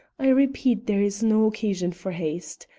i repeat there is no occasion for haste.